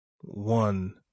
one